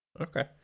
Okay